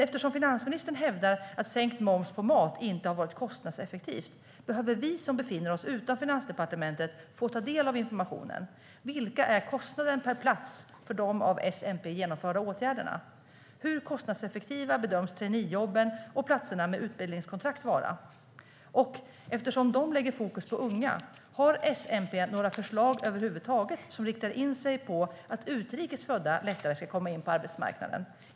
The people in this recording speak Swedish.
Eftersom finansministern hävdar att sänkt moms på mat inte har varit kostnadseffektivt behöver vi som befinner oss utanför Finansdepartementet få ta del av informationen: Vilka är kostnaderna per plats för de av S-MP genomförda åtgärderna? Hur kostnadseffektiva bedöms traineejobben och platserna med utbildningskontrakt vara? Och, eftersom de har fokus på unga, har S-MP några förslag över huvud taget som riktar in sig på att utrikes födda lättare ska komma in på arbetsmarknaden?